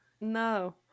No